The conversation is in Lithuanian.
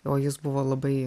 o jis buvo labai